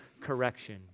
correction